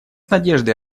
надеждой